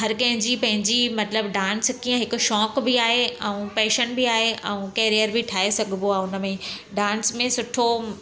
हर कंहिंजी पंहिंजी मतिलबु डांस कीअं हिकु शौक़ु बि आहे ऐं पैशन बि आहे ऐं कैरियर बि ठाहे सघिबो आहे हुन में डांस में सुठो